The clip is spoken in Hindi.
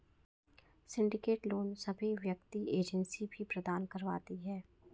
सिंडिकेट लोन सभी वित्तीय एजेंसी भी प्रदान करवाती है